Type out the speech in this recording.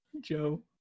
Joe